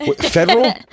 Federal